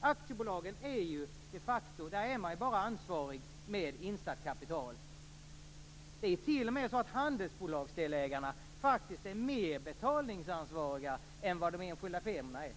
I aktiebolaget är man ju de facto bara ansvarig med insatt kapital. Det är t.o.m. så att handelsbolagsdelägarna faktiskt är mer betalningsansvariga än ägarna i de enskilda firmorna är.